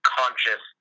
conscious